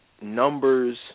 Numbers